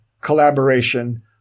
collaboration